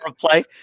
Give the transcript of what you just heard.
play